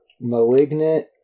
Malignant